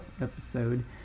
episode